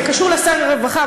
זה קשור לשר הרווחה,